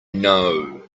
know